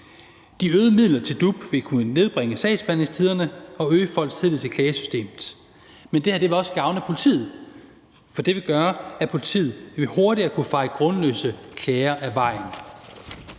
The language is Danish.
De øgede midler til DUP vil kunne nedbringe sagsbehandlingstiderne og øge folks tillid til klagesystemet, men det her vil også gavne politiet, for det vil gøre, at politiet hurtigere vil kunne feje grundløse klager af vejen.